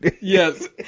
yes